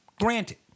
granted